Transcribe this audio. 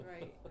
Right